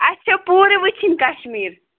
اَسہِ چھےٚ پوٗرٕ وٕچھِنۍ کَشمیٖر